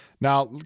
Now